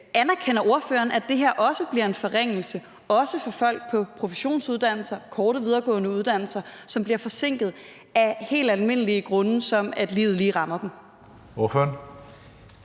Anerkender ordføreren, at det her også bliver en forringelse, også for folk på professionsuddannelser, korte videregående uddannelser, som bliver forsinket af helt almindelige grunde, som at livet lige rammer dem?